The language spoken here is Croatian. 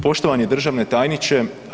Poštovani državni tajniče.